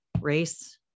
race